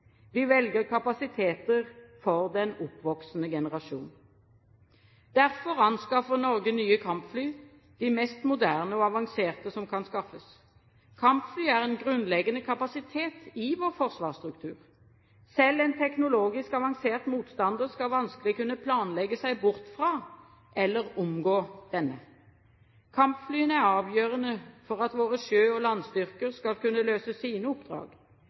Vi velger kapasiteter for den oppvoksende generasjon. Derfor anskaffer Norge nye kampfly – de mest moderne og avanserte som kan skaffes. Kampfly er en grunnleggende kapasitet i vår forsvarsstruktur. Selv en teknologisk avansert motstander skal vanskelig kunne planlegge seg bort fra eller omgå denne. Kampflyene er avgjørende for at våre sjø- og landstyrker skal kunne løse sine oppdrag.